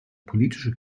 politische